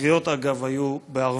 הקריאות, אגב, היו בערבית.